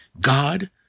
God